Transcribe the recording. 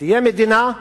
תהיה מדינה,